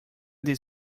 this